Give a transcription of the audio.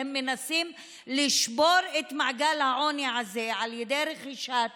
והם מנסים לשבור את מעגל העוני הזה על ידי רכישת